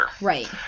Right